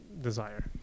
desire